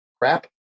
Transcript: crap